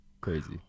Crazy